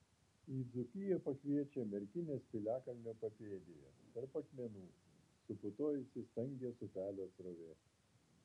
į dzūkiją pakviečia merkinės piliakalnio papėdėje tarp akmenų suputojusi stangės upelio srovė